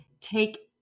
take